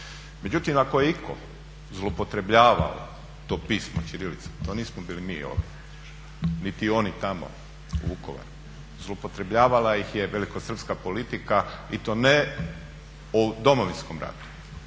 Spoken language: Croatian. Međutim ako je itko zloupotrjebljavao to pismo, ćirilicu, to nismo bili mi ovdje niti oni tamo u Vukovaru, zloupotrjebljavala ih je velikosrpska politika i to ne u Domovinskom ratu